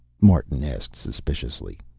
martin asked suspiciously.